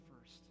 first